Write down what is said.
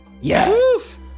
Yes